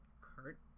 Kurt